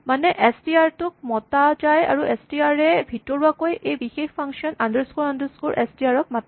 মানে S T R tok মতা যায় আৰু এচ টি আৰ এ ভিতৰুৱাকৈ এই বিশেষ function underscore underscore S T R ক মাতে